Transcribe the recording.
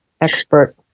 Expert